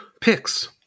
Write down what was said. picks